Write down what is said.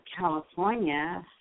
California